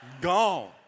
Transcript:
Gone